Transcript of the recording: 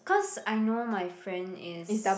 cause I know my friend is